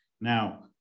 Now